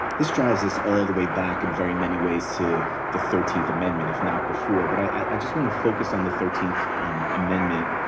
this drives us all the way back in very many ways to the thirteenth amendment, if not before. but i just want to focus on the thirteenth amendment,